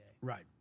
Right